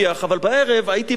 אבל בערב הייתי בא,